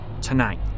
Tonight